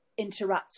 interacts